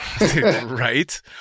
Right